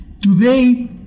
Today